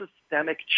systemic